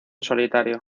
solitario